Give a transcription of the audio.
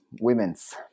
women's